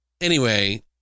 Anyway-